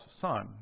son